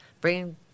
bring